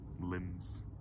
limbs